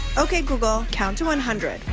okay, google, count to one hundred.